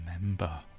Remember